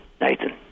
Nathan